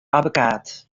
abbekaat